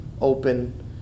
open